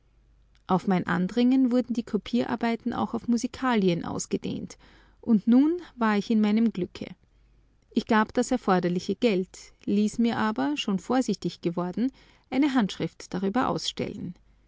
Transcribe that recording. auf mein andringen wurden die kopierarbeiten auch auf musikalien ausgedehnt und nun war ich in meinem glücke ich gab das erforderliche geld ließ mir aber schon vorsichtig geworden eine handschrift darüber ausstellen